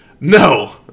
No